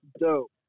dope